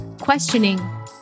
Questioning